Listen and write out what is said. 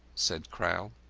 said crowl.